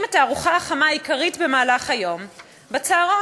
את הארוחה החמה העיקרית במהלך היום בצהרון.